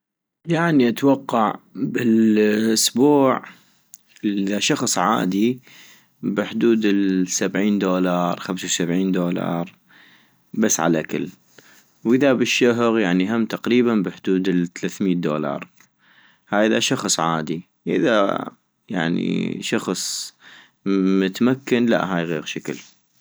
يعني اتوقع بالاسبوع اذا شخص عادي بحدود السبعين دولار خمسي وسبعين دولار ، بس عالاكل - واذا بالشهغ يعني هم تقريبا بحدود التلثميت دولار ، هاي اذا شخص عادي ، اذا شخص متمكن لا هاي غيغ شكل